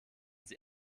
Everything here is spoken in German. sie